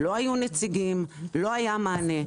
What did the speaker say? לא היו נציגים, לא היה מענה.